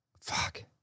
fuck